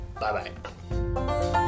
Bye-bye